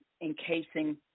encasing